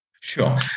Sure